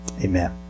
Amen